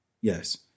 Yes